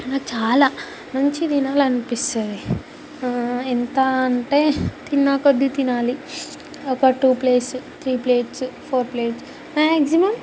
నాకు చాలా మంచి తినాలనిపిస్తుంది ఎంత అంటే తిన్నాకొద్ది తినాలి ఒక two plates three plates four plates maximum